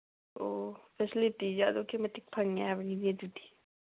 ꯑꯣ ꯐꯦꯁꯤꯂꯤꯇꯤꯁꯦ ꯑꯗꯨꯛꯀꯤ ꯃꯇꯤꯛ ꯐꯪꯉꯤ ꯍꯥꯏꯕꯅꯤꯅꯦ ꯑꯗꯨꯗꯤ